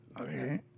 okay